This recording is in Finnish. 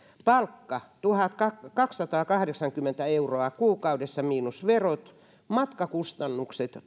palkka tuhatkaksisataakahdeksankymmentä euroa kuukaudessa miinus verot matkakustannukset